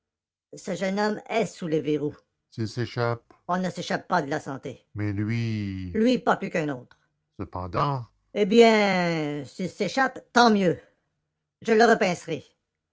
ce jeune homme est sous les verrous s'il s'échappe on ne s'échappe pas de la santé mais lui lui pas plus qu'un autre cependant eh bien s'il s'échappe tant mieux je le